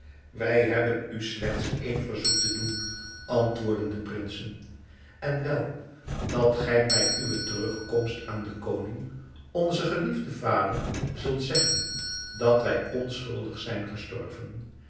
wij hebben u slechts één verzoek te doen antwoordden de prinsen en wel dat gij bij uwe terugkomst aan den koning onzen geliefden vader zult zeggen dat wij onschuldig zijn gestorven